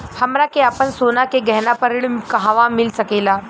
हमरा के आपन सोना के गहना पर ऋण कहवा मिल सकेला?